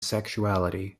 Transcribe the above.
sexuality